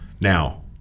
Now